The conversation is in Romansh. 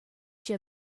chi